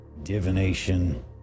Divination